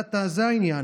זה העניין.